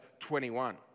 21